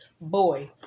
boy